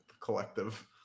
collective